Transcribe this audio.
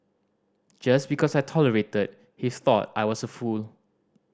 just because I tolerated he thought I was a fool